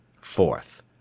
Fourth